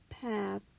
path